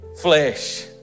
flesh